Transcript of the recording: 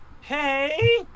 Hey